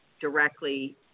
directly